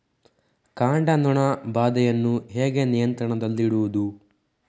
ಕಾಂಡ ನೊಣ ಬಾಧೆಯನ್ನು ಹೇಗೆ ನಿಯಂತ್ರಣದಲ್ಲಿಡುವುದು?